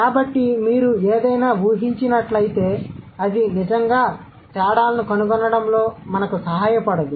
కాబట్టి మీరు ఏదైనా ఊహించినట్లయితే అది నిజంగా తేడాలను కనుగొనడంలో మాకు సహాయపడదు